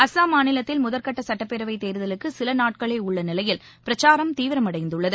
அஸ்ஸாம் மாநிலத்தில் முதற்கட்ட சட்டப்பேரவைத் தேர்தலுக்கு சில நாட்களே உள்ள நிலையில் பிரச்சாரம் தீவிரமடைந்துள்ளது